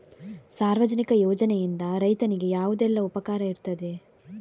ಸಾರ್ವಜನಿಕ ಯೋಜನೆಯಿಂದ ರೈತನಿಗೆ ಯಾವುದೆಲ್ಲ ಉಪಕಾರ ಇರ್ತದೆ?